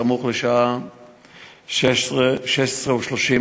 סמוך לשעה 16:30,